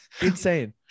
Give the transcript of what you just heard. insane